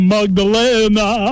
Magdalena